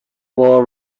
war